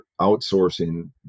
outsourcing